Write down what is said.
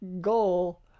goal